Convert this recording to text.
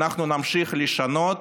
אנחנו נמשיך לשנות